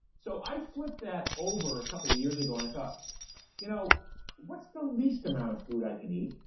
so i flipped that over a couple of years ago, and i thought you know what's the least amount of food i can eat,